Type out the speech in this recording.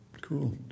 Cool